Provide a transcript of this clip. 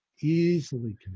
easily